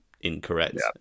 incorrect